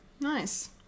nice